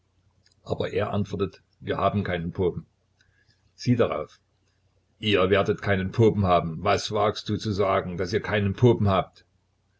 aber er antwortet wir haben keinen popen sie darauf ihr werdet keinen popen haben wie wagst du zu sagen daß ihr keinen popen habt